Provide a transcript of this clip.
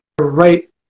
right